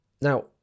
Now